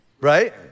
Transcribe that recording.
Right